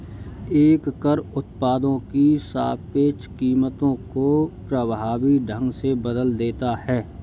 एक कर उत्पादों की सापेक्ष कीमतों को प्रभावी ढंग से बदल देता है